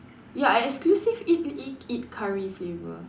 ya I exclusive eat eat eat curry flavour